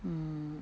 mm